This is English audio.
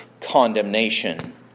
condemnation